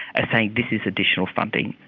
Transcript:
ah saying this is additional funding.